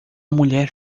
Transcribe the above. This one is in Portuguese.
mulher